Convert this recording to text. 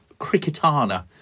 Cricketana